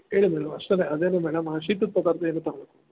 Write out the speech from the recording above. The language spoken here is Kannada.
ಹೇಳಿ ಮೇಡಮ್ ಅಷ್ಟೇ ಅದೇ ಮೇಡಮ್ ಆ ಶೀತದ ಪದಾರ್ಥ ಏನೂ ತಗೋಳ್ಳೊಕೆ ಹೋಗಬೇಡಿ